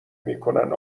میکنن